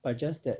but just that